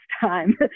time